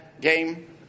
game